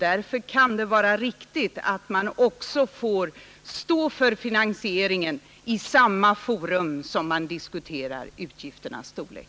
Därför kan det vara riktigt att man också får stå för finansieringen i samma forum som man diskuterar utgifternas storlek.